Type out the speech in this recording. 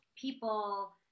people